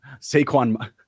Saquon